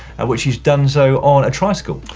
which she's done so on a tricycle.